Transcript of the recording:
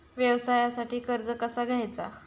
व्यवसायासाठी कर्ज कसा घ्यायचा?